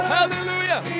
Hallelujah